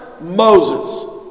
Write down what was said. Moses